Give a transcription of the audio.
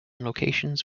locations